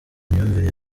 imyumvire